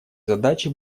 задачи